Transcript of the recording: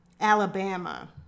Alabama